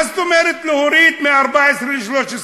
מה זאת אומרת להוריד מ-14 ל-13?